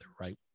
right